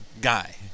guy